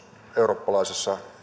eurooppalaisessa